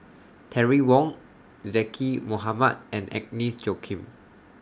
Terry Wong Zaqy Mohamad and Agnes Joaquim